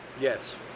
Yes